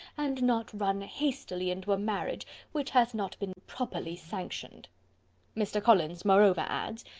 and not run hastily into a marriage which has not been properly sanctioned mr. collins moreover adds,